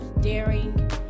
daring